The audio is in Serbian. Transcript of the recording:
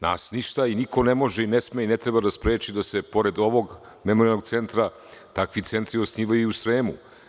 Nas ništa i niko ne može, ne sme i ne treba da spreči da se pored ovog memorijalnog centra takvi centri osnivaju i u Sremu.